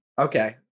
Okay